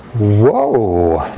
whoa,